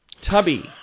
Tubby